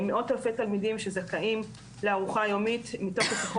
מאות-אלפי תלמידים שזכאים לארוחה יומית מתוקף החוק,